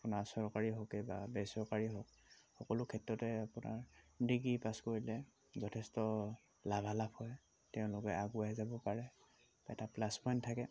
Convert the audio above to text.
আপোনাৰ চৰকাৰী হওকে বা বেচৰকাৰী হওক সকলো ক্ষেত্ৰতে আপোনাৰ ডিগ্ৰী পাছ কৰিলে যথেষ্ট লাভালাভ হয় তেওঁলোকে আগুৱাই যাব পাৰে এটা প্লাছ পইণ্ট থাকে